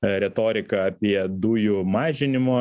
retorika apie dujų mažinimo